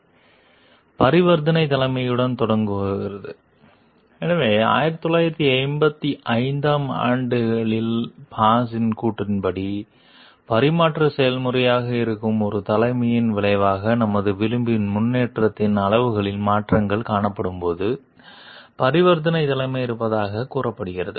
slide நேரம் 0103 பார்க்கவும் பரிவர்த்தனை தலைமையுடன் தொடங்குகிறது எனவே 1985 ஆம் ஆண்டில் பாஸின் கூற்றுப்படி பரிமாற்ற செயல்முறையாக இருக்கும் ஒரு தலைமையின் விளைவாக நமது விளிம்பு முன்னேற்றத்தின் அளவுகளில் மாற்றங்கள் காணப்படும்போது பரிவர்த்தனை தலைமை இருப்பதாகக் கூறப்படுகிறது